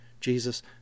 Jesus